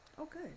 Okay